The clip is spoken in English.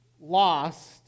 lost